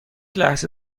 لحظه